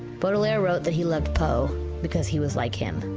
baudelaire wrote that he loved poe because he was like him.